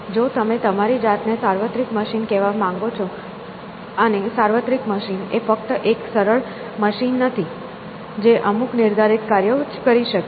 જો તમે તમારી જાતને સાર્વત્રિક મશીન કહેવા માંગો છો અને સાર્વત્રિક મશીન એ ફક્ત એક સરળ મશીન નથી જે અમુક નિર્ધારિત કાર્યો જ કરી શકે